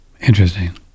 Interesting